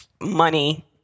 money